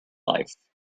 life